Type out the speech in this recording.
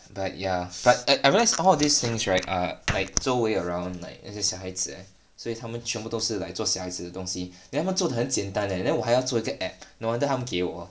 but ya but amongst all of these things right are like 周围 around like 那些小孩子 eh 所以他们全部都是 like 做小孩子的东西 then 他们做得的很简单 eh then 我还要做那个 app no wonder 他们给我